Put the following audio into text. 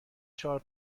چهار